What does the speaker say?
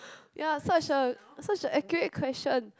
ya such a such a accurate question